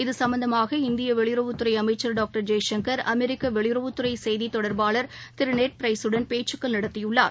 இது சும்பந்தமாக இந்திய வெளியுறவுத்துறை அமைச்ச்ள் டாக்டர் ஜெய்சங்கர் அமெரிக்க வெளியுறவுத்துறை செய்தி தொடர்பாளர் திரு நெட் ப்ரைஸ் யுடன் பேச்சுக்கள் நடத்தியுள்ளார்